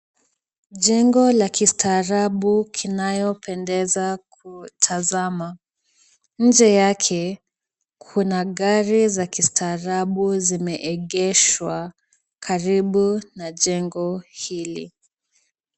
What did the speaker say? Jengo la kistaarabu linalopendeza kutazama. Nje yake kuna gari za kistaarabu zimeegeshwa karibu na jengo hili.